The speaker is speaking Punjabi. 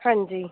ਹਾਂਜੀ